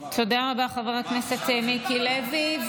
תודה רבה, חבר הכנסת מיקי לוי.